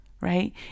right